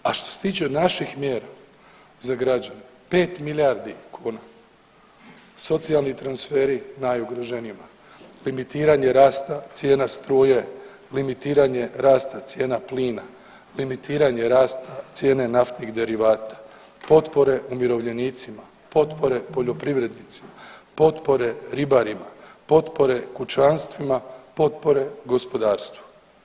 A što se tiče naših mjera za građane 5 milijardi kuna socijalni transferi najugroženijima, limitiranje rasta cijena struje, limitiranje rasta cijena plina, limitiranje rasta cijene naftnih derivata, potpore umirovljenicima, potpore poljoprivrednicima, potpore ribarima, potpore kućanstvima, potpore gospodarstvu.